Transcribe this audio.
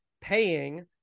paying